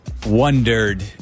Wondered